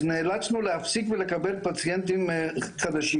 אז נאלצנו להפסיק ולקבל פציינטים חדשים